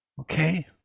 Okay